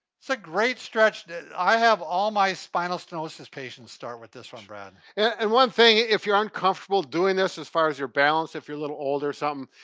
that's a great stretch. i have all my spinal stenosis patients start with this one, brad. and, and one thing, if you're uncomfortable doing this as far as your balance, if you're a little old or something,